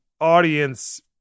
audience